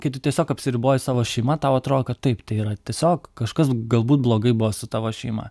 kai tu tiesiog apsiriboji savo šeima tau atrodo kad taip tai yra tiesiog kažkas galbūt blogai buvo su tavo šeima